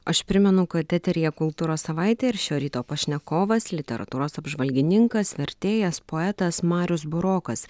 aš primenu kad eteryje kultūros savaitė ir šio ryto pašnekovas literatūros apžvalgininkas vertėjas poetas marius burokas